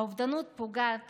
האובדנות פוגעת